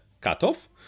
cutoff